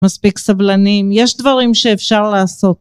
מספיק סבלנים יש דברים שאפשר לעשות